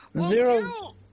Zero